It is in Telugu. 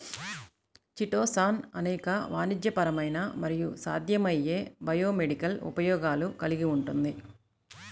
చిటోసాన్ అనేక వాణిజ్యపరమైన మరియు సాధ్యమయ్యే బయోమెడికల్ ఉపయోగాలు కలిగి ఉంటుంది